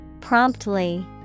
Promptly